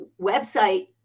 website